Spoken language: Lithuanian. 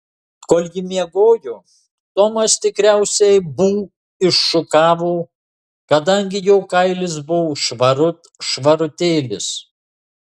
kol ji miegojo tomas tikriausiai bū iššukavo kadangi jo kailis buvo švarut švarutėlis